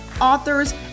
authors